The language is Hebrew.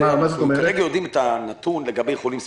אתם יודעים את הנתון לגבי חולים ספציפיים,